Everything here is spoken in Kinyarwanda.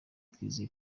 twizeye